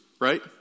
right